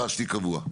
אבל